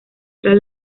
tras